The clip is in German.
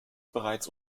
bereits